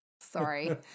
Sorry